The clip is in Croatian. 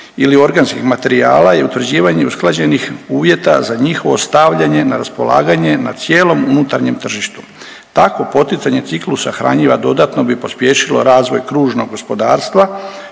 ili organskih materijala i utvrđivanje usklađenih uvjeta za njihovo stavljanje na raspolaganje na cijelom unutarnjem tržištu. Takvo poticanje ciklusa hranjiva dodatno bi pospješilo razvoj kružnog gospodarstva